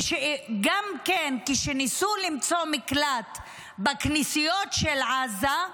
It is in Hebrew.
וגם כשניסו למצוא מקלט בכנסיות של עזה,